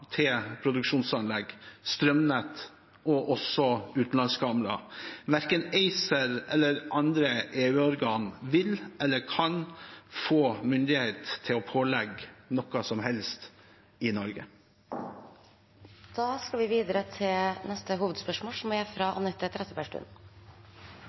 til produksjonsanlegg, strømnett og også utenlandskabler. Verken ACER eller andre EU-organ vil eller kan få myndighet til å pålegge noe som helst i Norge. Vi går videre til neste hovedspørsmål. Norge er